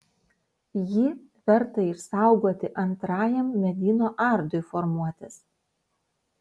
jį verta išsaugoti antrajam medyno ardui formuotis